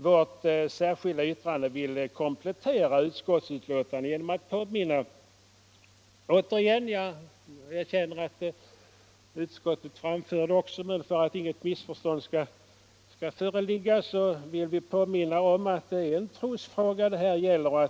Vårt särskilda yttrande vill komplettera utskottsbetänkandet genom att påminna om — jag erkänner att utskottet också framför det, men för att inget missförstånd skall föreligga vill vi påminna om det återigen —- att det är en trosfråga det här gäller.